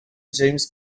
james